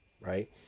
right